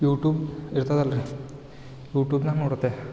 YouTube ಇರ್ತದಲ್ಲ ರೀ YouTube ನಾಗ ನೋಡತೇ